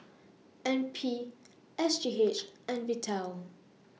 N P S G H and Vital